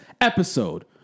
episode